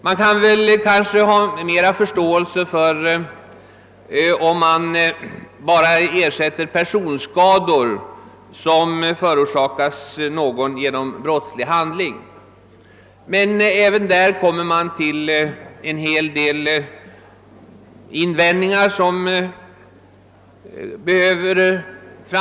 Man kan ha mera förståelse för om yrkandena begränsas till att endast gälla ersättning för personskador förorsakade genom brottslig handling. Men även i detta fall finns en hel del invändningar att göra.